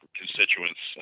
constituents